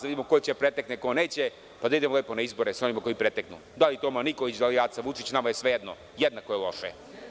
Da vidimo ko će da pretekne, ko neće, pa da idemo lepo na izbore sa onima koji preteknu, da li Toma Nikolić, da li Aca Vučić, nama je svejedno, jednako je loše.